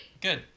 Good